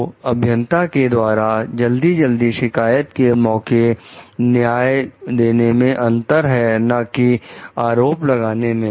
तो अभियंता के द्वारा जल्दी जल्दी शिकायत के मौके न्याय देने में अंतर हैं ना कि आरोप लगाने में